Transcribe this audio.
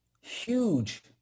huge